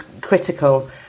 critical